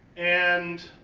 and